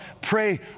pray